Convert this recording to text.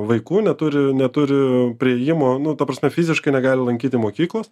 vaikų neturi neturi priėjimo nu ta prasme fiziškai negali lankyti mokyklos